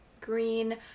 green